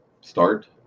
start